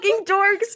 dorks